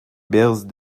bears